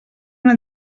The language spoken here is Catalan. una